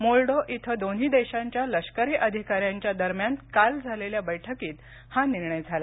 मोल्डो इथं दोन्ही देशांच्या लष्करी अधिकाऱ्यांच्या दरम्यान काल झालेल्या बैठकीत हा निर्णय झाला